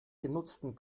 genutzten